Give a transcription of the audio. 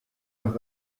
los